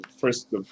first